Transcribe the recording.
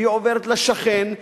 והיא עוברת לשכן,